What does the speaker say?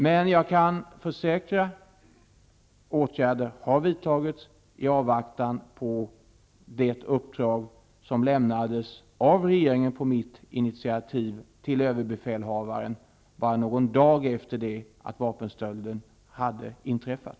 Jag kan emellertid försäkra att åtgärder har vidtagits i avvaktan på det uppdrag som lämnades av regeringen på mitt initiativ till överbefälhavaren bara någon dag efter det att vapenstölden hade inträffat.